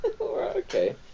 okay